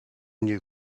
new